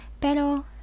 Pero